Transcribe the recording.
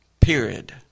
period